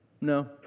No